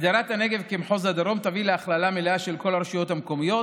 הגדרת הנגב כמחוז הדרום תביא להכללה מלאה של כל הרשויות המקומיות